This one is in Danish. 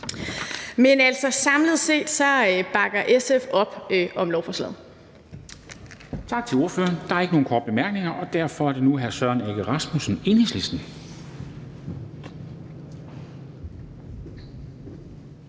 Men samlet set bakker SF op om lovforslaget.